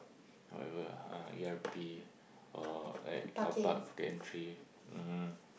whatever ah uh e_r_p or like carpark gantry um